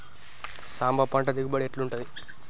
సాంబ పంట దిగుబడి ఎట్లుంటది?